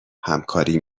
همکاری